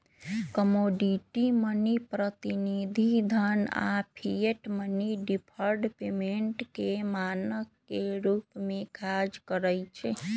commodity money, प्रतिनिधि धन आऽ फिएट मनी डिफर्ड पेमेंट के मानक के रूप में काज करइ छै